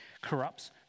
corrupts